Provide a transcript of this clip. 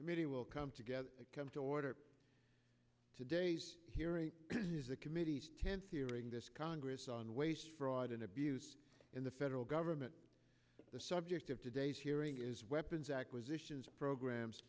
committee will come together come to order today's hearing is a committee's tense hearing this congress on waste fraud and abuse in the federal government the subject of today's hearing is weapons acquisitions programs